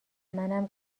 منم